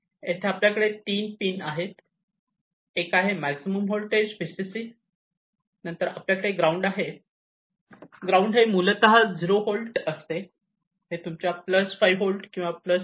येथे आपल्याकडे तीन पिन आहेत एक आहे मॅक्सिमम होल्टेज VCC नंतर आपल्याकडे ग्राउंड आहे ग्राउंड हे मूलतः 0 होल्ट असते हे तुमच्या प्लस 5 होल्ट किंवा प्लस 3